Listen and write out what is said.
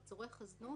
לצורך הזנות,